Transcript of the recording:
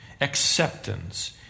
acceptance